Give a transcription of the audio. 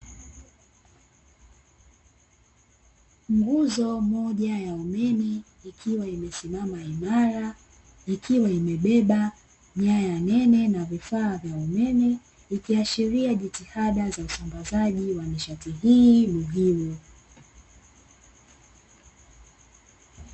Nguzo moja ya umeme, ikiwa imesimama imara, ikiwa imebeba nyaya nene na vifaa vya umeme, ikiashiria jitihada za usambazaji wa nishati hii muhimu.